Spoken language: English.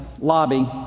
lobby